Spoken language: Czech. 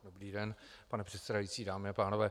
Dobrý den, pane předsedající, dámy a pánové.